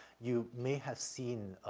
you may have seen,